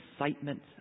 excitement